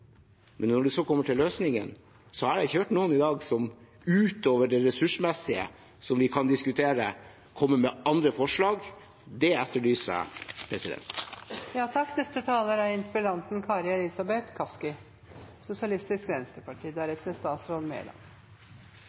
Men når det så kommer til løsningen, har jeg ikke hørt noen i dag som utover det ressursmessige, som vi kan diskutere, har kommet med andre forslag. Det etterlyser